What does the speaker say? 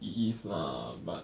it is lah but